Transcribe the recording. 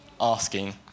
asking